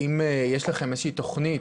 אם יש לכם איזו שהיא תכנית,